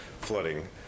flooding